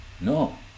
No